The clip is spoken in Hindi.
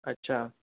अच्छा